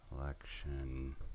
election